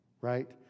Right